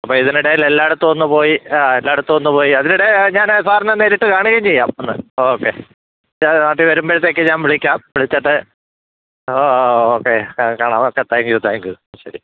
അപോൾ ഇതിനിടയിൽ എല്ലാ ഇടത്തും ഒന്ന് പോയി എല്ലാ ഇടത്തും ഒന്നു പോയി അതിനിടയിൽ ഞാൻ സാറിനെ നേരിട്ട് കാണുകയും ചെയ്യാം വന്നു ഓക്കെ ഞാൻ നാട്ടിൽ വരുമ്പോഴത്തേക്കും ഞാൻ വിളിക്കാം വിളിച്ചിട്ട് ഓക്കേ കാണാം okay thank you thank you ശരി